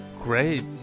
Great